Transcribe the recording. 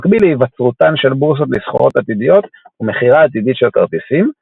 במקביל להיווצרותן של בורסות לסחורות עתידיות ומכירה עתידית של כרטיסים,